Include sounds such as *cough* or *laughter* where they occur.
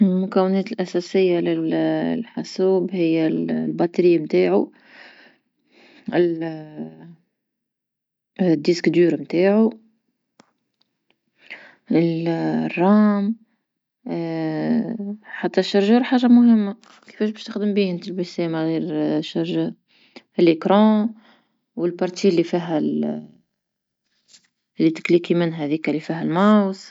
مكونات الأساسية *hesitation* للحاسوب هي البطارية متاعو *hesitation* قرص الصلب متاعو *hesitation* الرام *hesitation* حتى الشاحن حاجة مهمة، كفاش باش تخدم بيه أنت؟ *unintelligible* غير *hesitation* شاحن؟ الشاشة ومقطع اللي فيها *hesitation* اللي تضغطي منها هذيكا اللي فيها الفأرة.